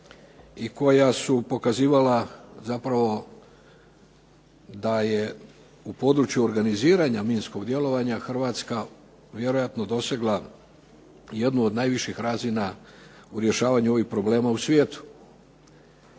i koja su pokazivala zapravo da je u području organiziranja minskog djelovanja Hrvatska vjerojatno dosegla jednu od najviših razina u rješavanju ovih problema u svijetu